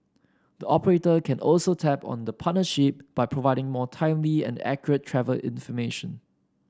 the operator can also tap on the partnership by providing more timely and accurate travel information